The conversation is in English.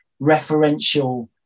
referential